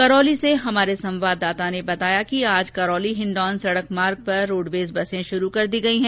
करौली से हमारे संवाददाता ने बताया कि आज करौली हिण्डौन सड़क मार्ग पर रोडवेज की बसें शुरू कर दी गई हैं